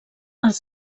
els